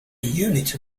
unit